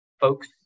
folks